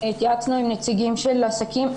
התייעצנו עם נציגים של עסקים,